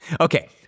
okay